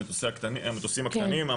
המטוסים הקטנים,